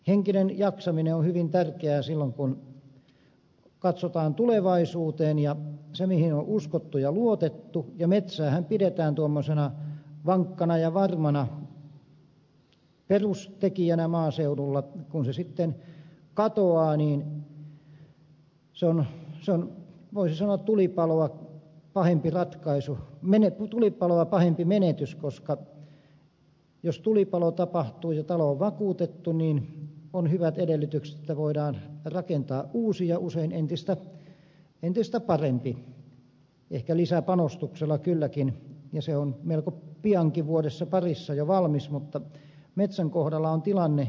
henkinen jaksaminen on hyvin tärkeää silloin kun katsotaan tulevaisuuteen ja kun se mihin on uskottu ja luotettu metsäähän pidetään tuommoisena vankkana ja varmana perustekijänä maaseudulla kun se sitten katoaa niin se on voisi sanoa tulopaloa pahempi menetys koska jos tulipalo tapahtuu ja talo on vakuutettu niin on hyvät edellytykset että voidaan rakentaa uusi ja usein entistä parempi ehkä lisäpanostuksella kylläkin ja se on melko piankin vuodessa parissa jo valmis mutta metsän kohdalla on tilanne täysin toinen